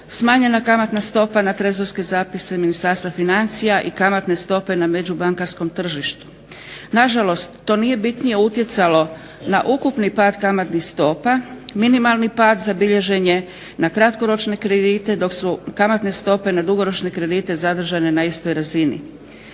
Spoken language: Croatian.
smanjena kamatna stopa na trezorske zapise Ministarstva financija i kamatne stope na međubankarskom tržištu. Nažalost, to nije bitnije utjecalo na ukupni pad kamatnih stopa. Minimalni pad zabilježen je na kratkoročne kredite dok su kamatne stope na dugoročne kredite zadržane na istoj razini.